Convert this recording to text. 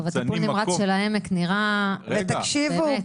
לא, אנחנו בקשר עם לירון.